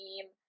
team